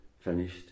finished